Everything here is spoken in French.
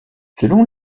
selon